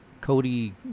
Cody